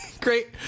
Great